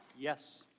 yes.